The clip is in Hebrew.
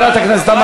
הכנסת, ששש, תמר.